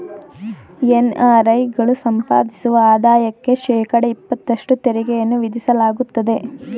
NRI ಗಳು ಸಂಪಾದಿಸುವ ಆದಾಯಕ್ಕೆ ಶೇಕಡ ಇಪತ್ತಷ್ಟು ತೆರಿಗೆಯನ್ನು ವಿಧಿಸಲಾಗುತ್ತದೆ